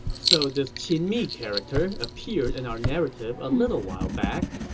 so this qin mi character appeared in our narrative a little while back.